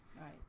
Right